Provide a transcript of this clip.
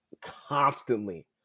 constantly